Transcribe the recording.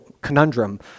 conundrum